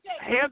hands